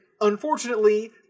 unfortunately